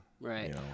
Right